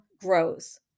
grows